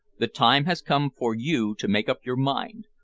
the time has come for you to make up your mind.